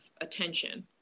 attention